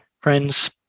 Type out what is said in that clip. Friends